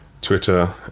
Twitter